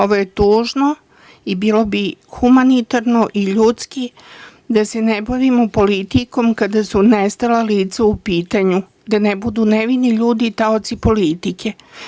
Ovo je tužno i bilo bi humanitarno i ljudski da se ne bavimo politikom kada su nestala lica u pitanju, da ne budu nevini ljudi taoci politike.